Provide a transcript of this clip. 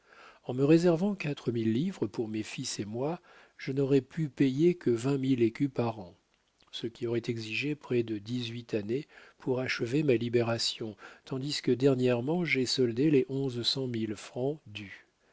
en me réservant quatre mille livres pour mes fils et moi je n'aurais pu payer que vingt mille écus par an ce qui aurait exigé près de dix-huit années pour achever ma libération tandis que dernièrement j'ai soldé mes onze cent mille francs